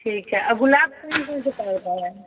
ठीक है और गुलाब कौन कौन से पौधे हैं